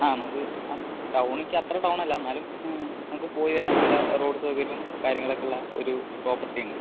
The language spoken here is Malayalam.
ആ നമുക്ക് ആ ടൗൺ ഒക്കെ അത്ര ടൗൺ അല്ല എന്നാലും നമുക്ക് പോയി വരാൻ നല്ല റോഡ് സൗകര്യവും കാര്യങ്ങളൊക്കെ ഉള്ള ഒരു പ്രോപ്പർട്ടി ഉണ്ട്